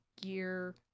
gear